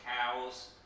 cows